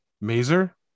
Mazer